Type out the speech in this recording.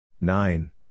Nine